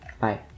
Bye